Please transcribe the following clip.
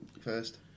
first